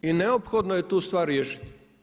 I neophodno je tu stvar riješiti.